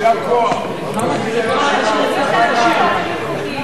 זכויות בני-זוג בעת פירוד),